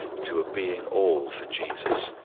to a being all for jesus,